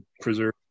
preserve